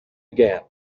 began